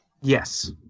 Yes